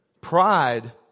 Pride